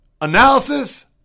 analysis